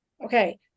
Okay